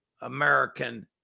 American